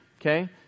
okay